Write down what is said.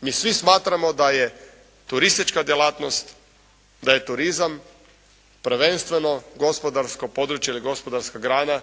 Mi svi smatramo da je turistička djelatnost, da je turizam prvenstveno gospodarsko područje ili gospodarska grana